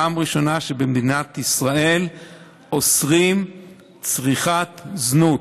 פעם ראשונה שבמדינת ישראל אוסרים צריכת זנות.